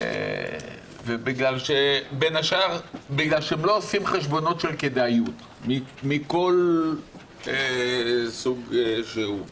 וגם בין השאר בגלל שהם לא עושים חשבונות של כדאיות מכל סוג שהוא.